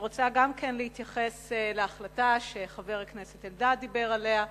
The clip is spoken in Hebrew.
גם אני רוצה להתייחס להחלטה שחבר הכנסת אלדד דיבר עליה,